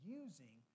using